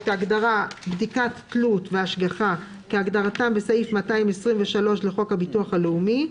"בדיקת תלות" ו-"השגחה" כהגדרתם בסעיף 223 לחוק הביטוח הלאומי,